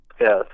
yes